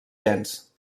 gens